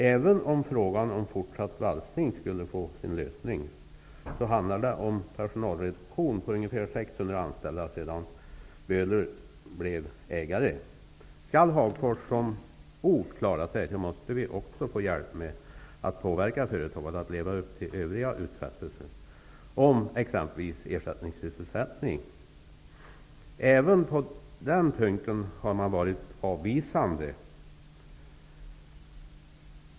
Även om frågan om fortsatt valsning skulle få sin lösning, handlar det om en personalreduktion på ungefär Om Hagfors som ort skall klara sig, måste vi få hjälp att påverka företaget att leva upp till övriga utfästelser om t.ex. ersättningssysselsättning. Även på den punkten har man varit avvisande.